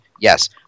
Yes